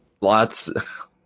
Lots